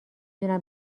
دونم